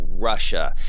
Russia